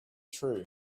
true